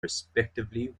respectively